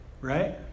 right